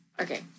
Okay